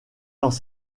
dans